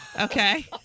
Okay